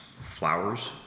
flowers